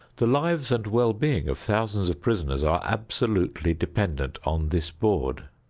the lives and well-being of thousands of prisoners are absolutely dependent on this board.